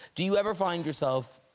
do you ever find yourself,